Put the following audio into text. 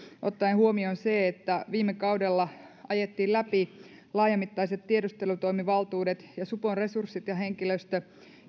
ottaen huomioon sen että viime kaudella ajettiin läpi laajamittaiset tiedustelutoimivaltuudet ja supon resurssit ja henkilöstö